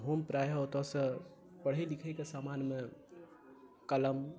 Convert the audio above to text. हम प्राय ओतयसँ पढ़य लिखयके सामानमे कलम